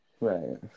Right